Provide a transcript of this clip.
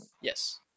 yes